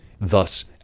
thus